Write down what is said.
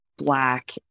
black